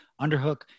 Underhook